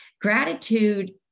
gratitude